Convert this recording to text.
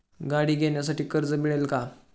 गाडी घेण्यासाठी कर्ज मिळेल का?